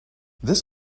this